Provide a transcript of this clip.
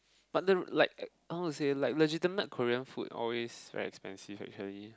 but there were like I how to say like legitimate Korean food always very expensive actually